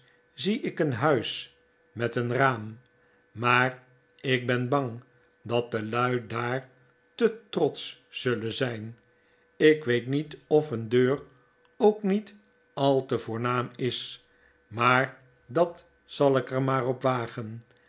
zie ik een huis met een raam maar ik ben bang dat de lui daar te trotsch zullen zijn ik weet niet of een deur ook niet al te voornaam is maar dat zal ik er maar op wagen